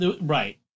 Right